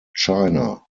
china